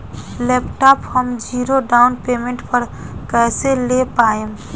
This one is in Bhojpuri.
लैपटाप हम ज़ीरो डाउन पेमेंट पर कैसे ले पाएम?